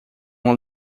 uma